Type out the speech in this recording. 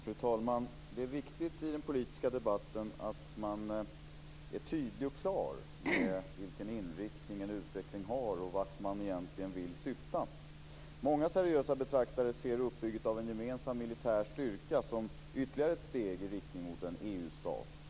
Fru talman! Det är viktigt i den politiska debatten att man är tydlig och klar med vilken inriktning man har och vart man vill syfta med utvecklingen. Många seriösa betraktare ser uppbyggnaden av en gemensam militär styrka som ytterligare ett steg i riktning mot en EU-stat.